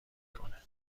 کنه